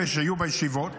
אלה שיהיו בישיבות